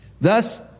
Thus